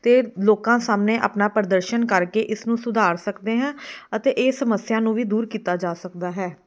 ਅਤੇ ਲੋਕਾਂ ਸਾਹਮਣੇ ਆਪਣਾ ਪ੍ਰਦਰਸ਼ਨ ਕਰਕੇ ਇਸ ਨੂੰ ਸੁਧਾਰ ਸਕਦੇ ਹਾਂ ਅਤੇ ਇਹ ਸਮੱਸਿਆ ਨੂੰ ਵੀ ਦੂਰ ਕੀਤਾ ਜਾ ਸਕਦਾ ਹੈ